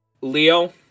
leo